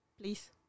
Please